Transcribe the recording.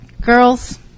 Girls